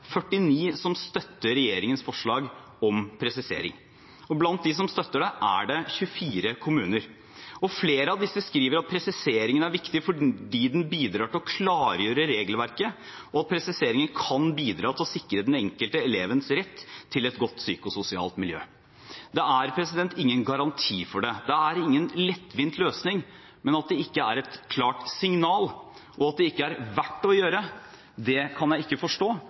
49 som støtter regjeringens forslag om presisering. Blant dem som støtter det, er det 24 kommuner. Flere av disse skriver at presiseringen er viktig fordi den bidrar til å klargjøre regelverket, og at presiseringen kan bidra til å sikre den enkelte elevens rett til et godt psykososialt miljø. Det er ingen garanti for det, det er ingen lettvint løsning, men at det ikke er et klart signal, og at det ikke er verdt å gjøre, kan jeg ikke forstå.